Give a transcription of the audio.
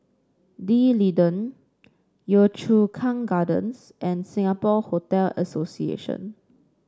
D'Leedon Yio Chu Kang Gardens and Singapore Hotel Association